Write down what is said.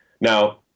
Now